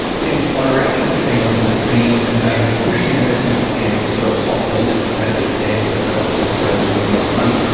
since binary options came onto the scene, they have pushed investment scams to sort of top the list as the scams that cost australians the most money.